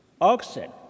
oxen